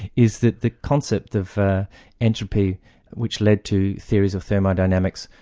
is that the concept of entropy which led to theories of thermodynamics,